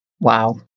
Wow